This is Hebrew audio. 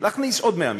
להכניס עוד 100 משפחות,